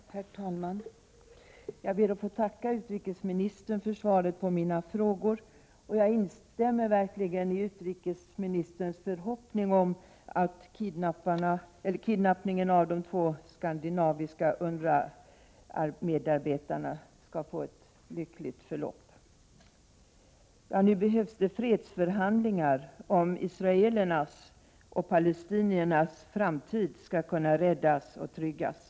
Herr talman! Jag ber att få tacka utrikesministern för svaret på frågorna i min interpellation. Jag instämmer verkligen i utrikesministerns förhoppning om att kidnappningen av de två skandinaviska UNRWA-medarbetarna skall få ett lyckligt förlopp. Nu behövs det fredsförhandlingar om israelernas och palestiniernas framtid skall kunna räddas och tryggas.